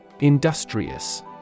Industrious